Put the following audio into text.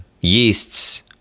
yeasts